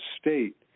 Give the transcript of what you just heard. state